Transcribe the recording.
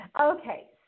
okay